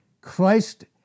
Christ